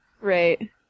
right